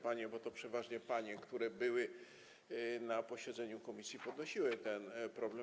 Panie, bo to były przeważnie panie, które były na posiedzeniu komisji, podnosiły ten problem.